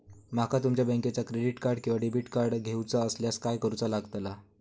माका तुमच्या बँकेचा क्रेडिट कार्ड किंवा डेबिट कार्ड घेऊचा असल्यास काय करूचा लागताला?